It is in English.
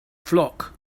flock